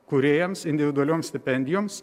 kūrėjams individualioms stipendijoms